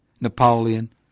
Napoleon